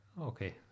Okay